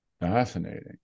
Fascinating